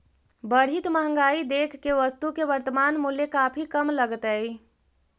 बढ़ित महंगाई देख के वस्तु के वर्तनमान मूल्य काफी कम लगतइ